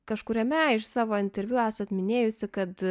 kažkuriame iš savo interviu esate minėjusi kad